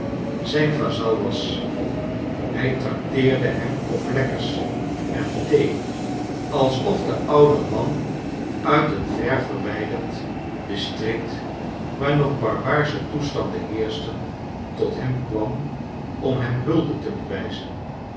zijn vazal was hij tracteerde hem op lekker s en thee als of de oude man uit een verwijderd district waar nog barbaarsche toestanden heerschten tot hem kwam om hem hulde te bewijzen